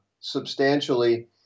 substantially